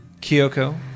Kyoko